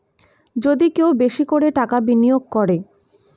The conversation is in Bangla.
যদি কেউ বেশি করে টাকা বিনিয়োগ করে